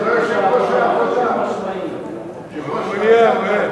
הוא לא יושב-ראש העבודה.